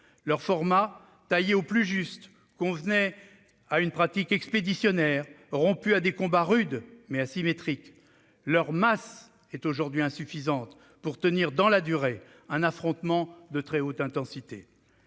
Leur format, taillé au plus juste, convenait à une pratique expéditionnaire rompue à des combats rudes, mais asymétriques. Leur masse est désormais insuffisante pour tenir dans la durée un affrontement de très haute intensité.